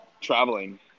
traveling